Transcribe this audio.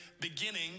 beginning